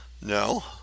No